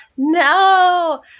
No